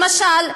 למשל,